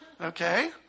Okay